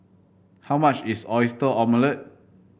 how much is Oyster Omelette